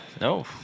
no